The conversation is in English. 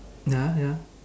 ya ya